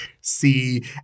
See